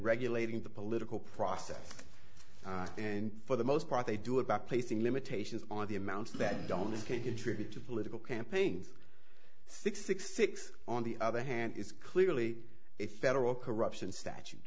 regulating the political process and for the most part they do about placing limitations on the amounts that don't escape contribute to political campaigns six six six on the other hand is clearly a federal corruption statute